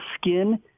skin